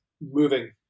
Moving